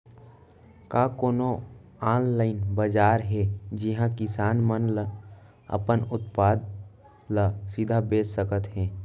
का कोनो अनलाइन बाजार हे जिहा किसान मन अपन उत्पाद ला सीधा बेच सकत हे?